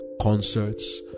Concerts